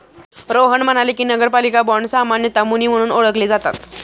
रोहन म्हणाले की, नगरपालिका बाँड सामान्यतः मुनी म्हणून ओळखले जातात